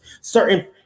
certain